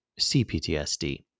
CPTSD